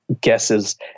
guesses